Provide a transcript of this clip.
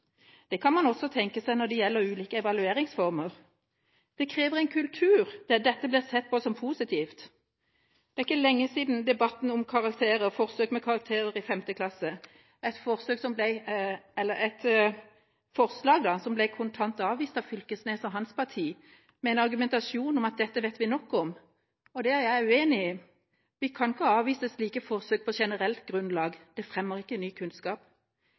Det kan man også tenke seg når det gjelder ulike evalueringsformer. Men det krever en kultur der dette blir sett på som positivt. Det er ikke lenge siden vi hadde en debatt om karakterer og forsøk med karakterer i 5. klasse – noe som ble kontant avvist av Knag Fylkesnes og hans parti, med en argumentasjon om at dette vet vi nok om. Det er jeg uenig i. Vi kan ikke avvise slike forsøk på generelt grunnlag. Det fremmer ikke ny kunnskap.